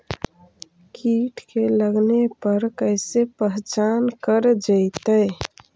कीट के लगने पर कैसे पहचान कर जयतय?